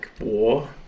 war